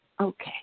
Okay